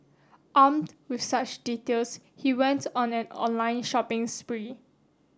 armed with such details he went on an online shopping spree